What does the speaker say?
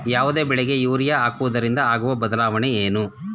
ಯಾವುದೇ ಬೆಳೆಗೆ ಯೂರಿಯಾ ಹಾಕುವುದರಿಂದ ಆಗುವ ಬದಲಾವಣೆ ಏನು?